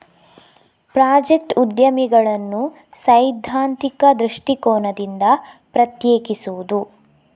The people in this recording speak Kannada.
ಪ್ರಾಜೆಕ್ಟ್ ಉದ್ಯಮಿಗಳನ್ನು ಸೈದ್ಧಾಂತಿಕ ದೃಷ್ಟಿಕೋನದಿಂದ ಪ್ರತ್ಯೇಕಿಸುವುದು